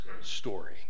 story